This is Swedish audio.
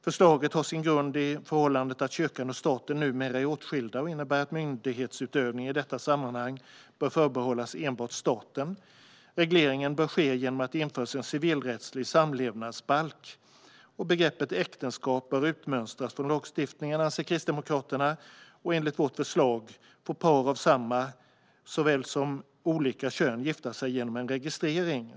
Förslaget har sin grund i förhållandet att kyrkan och staten numera är åtskilda och innebär att myndighetsutövningen i detta sammanhang bör förbehållas enbart staten. Regleringen bör ske genom att det införs en civilrättslig samlevnadsbalk. Begreppet "äktenskap" bör utmönstras från lagstiftningen, anser Kristdemokraterna, och enligt vårt förslag får par av såväl samma som olika kön gifta sig genom en registrering.